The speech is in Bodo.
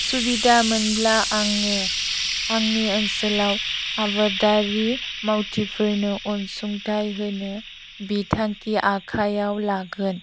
सुबिदा मोनब्ला आङो आंनि ओनसोलाव आबादारि मावथिफोरनो आनसुंथाइ होनो बिथांखि आखाइयाव लागोन